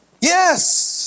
yes